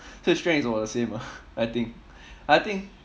so his strength is about the same ah I think I think